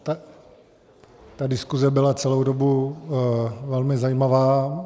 Ta diskuse byla celou dobu velmi zajímavá.